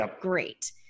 great